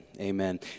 Amen